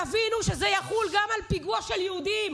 תבינו שזה יחול גם על פיגוע של יהודים